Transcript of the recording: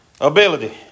ability